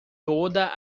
toda